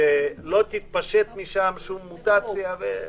שלא תתפשט משם שום מוטציה.